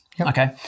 Okay